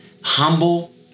humble